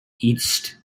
east